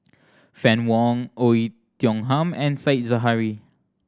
Fann Wong Oei Tiong Ham and Said Zahari